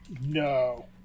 No